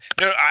no